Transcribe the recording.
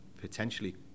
potentially